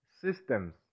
systems